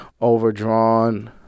overdrawn